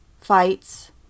fights